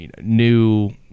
new